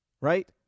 right